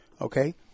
Okay